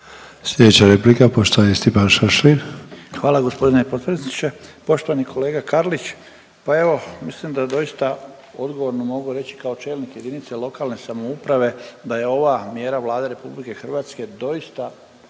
Sljedeća replika, poštovani Stipan Šašlin. **Šašlin, Stipan (HDZ)** Hvala g. potpredsjedniče, poštovani kolega Karlić. Pa evo, mislim da doista odgovorno mogu reći kao čelnik jedinice lokalne samouprave da je ova mjera Vlade RH doista